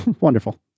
Wonderful